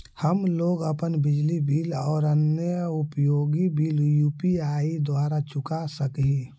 हम लोग अपन बिजली बिल और अन्य उपयोगि बिल यू.पी.आई द्वारा चुका सक ही